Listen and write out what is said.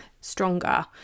stronger